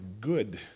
good